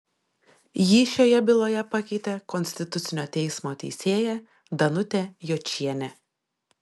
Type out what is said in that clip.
jį šioje byloje pakeitė konstitucinio teismo teisėja danutė jočienė